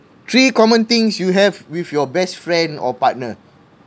three common things you have with your best friend or partner